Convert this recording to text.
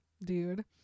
dude